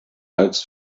als